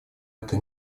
это